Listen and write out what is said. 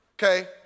Okay